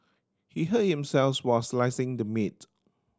he hurt himself while slicing the meat